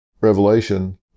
revelation